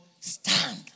Stand